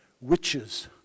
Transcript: Witches